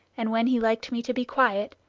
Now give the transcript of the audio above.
and when he liked me to be quiet,